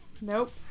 Nope